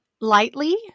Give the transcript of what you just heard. lightly